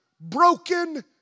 broken